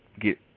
get